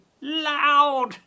loud